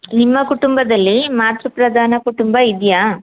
ನಿಮ್ಮ ಕುಟುಂಬದಲ್ಲಿ ಮಾತ್ರ ಪ್ರಧಾನ ಕುಟುಂಬ ಇದೆಯಾ